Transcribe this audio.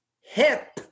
hip